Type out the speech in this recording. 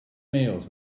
mails